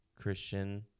Christian